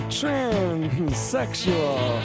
transsexual